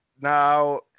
Now